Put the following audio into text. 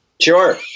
Sure